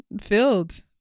filled